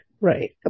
Right